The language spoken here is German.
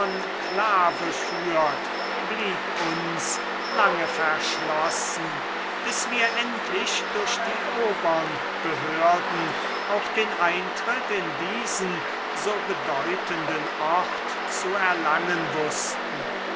führt blieb uns lange verschlossen bis wir endlich durch die obern behörden auch den eintritt in diesen so bedeutenden ort zu erlangen wußten